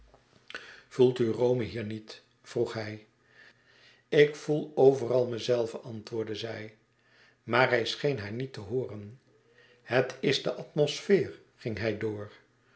voelt u rome hier niet vroeg hij ik voel overal mezelve antwoordde zij maar hij scheen haar niet te hooren het is de atmosfeer ging hij door